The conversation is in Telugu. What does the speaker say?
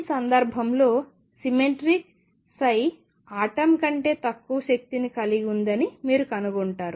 ఈ సందర్భంలో సిమెట్రిక్ ఆటమ్ కంటే తక్కువ శక్తిని కలిగి ఉందని మీరు కనుగొంటారు